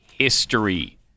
history